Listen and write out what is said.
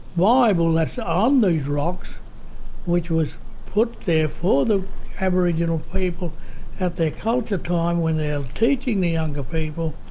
bible that's on these rocks which was put there for the aboriginal people at their culture time when they were ah teaching the younger people,